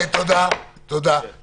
תודה, תודה.